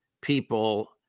people